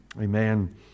Amen